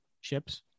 ships